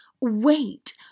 Wait